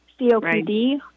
COPD